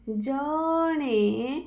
ଜଣେ